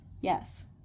Yes